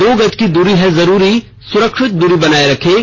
दो गज की दूरी है जरूरी सुरक्षित दूरी बनाए रखें